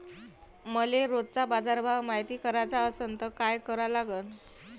मले रोजचा बाजारभव मायती कराचा असन त काय करा लागन?